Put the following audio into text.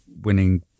winning